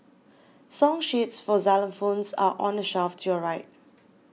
song sheets for xylophones are on the shelf to your right